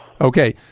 Okay